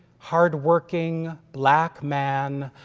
hard working black man,